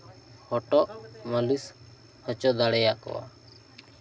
ᱦᱚᱴᱚᱜ ᱢᱟᱞᱤᱥ ᱦᱚᱪᱚ ᱫᱟᱲᱮ ᱟᱠᱚᱣᱟᱢ